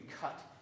cut